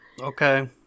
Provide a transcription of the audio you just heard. Okay